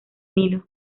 nilo